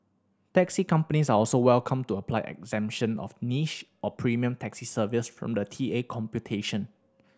taxi companies are also welcome to apply exemption of niche or premium taxi services from the T A computation